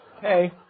Hey